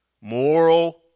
Moral